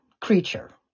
Creature